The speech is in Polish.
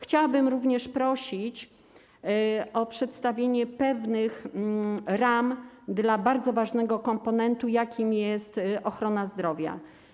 Chciałabym również prosić o przedstawienie pewnych ram dla bardzo ważnego komponentu, jakim jest ochrona zdrowia.